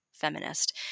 Feminist